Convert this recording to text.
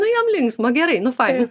nu jam linksma gerai nu faina